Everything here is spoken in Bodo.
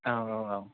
औ औ औ